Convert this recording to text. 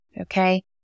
okay